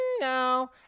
no